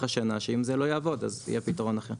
השנה שאם זה לא יעבוד אז יהיה פתרון אחר.